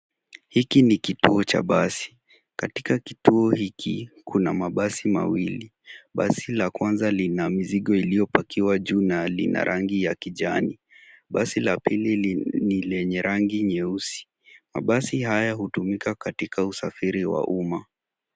Hiki ni kitoa cha basi, katika kituo hiki kuna mabasi mawili. Basi la kwanza lina mizigo iliyopakiwa juu na lina rangi ya kijani, basi la pili ni lenye rangi nyeusi. Basi haya hutumika katika usafiri wa umma.